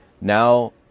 Now